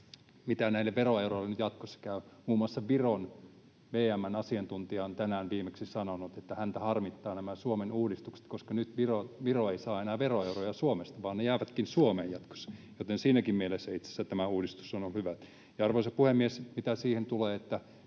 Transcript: mitä näille veroeuroille nyt jatkossa käy, niin muun muassa Viron VM:n asiantuntija on tänään viimeksi sanonut, että häntä harmittavat nämä Suomen uudistukset, koska nyt Viro ei saa enää veroeuroja Suomesta vaan ne jäävätkin Suomeen jatkossa. Siinäkin mielessä itse asiassa tämä uudistus on hyvä. Arvoisa puhemies! Mitä siihen tulee, että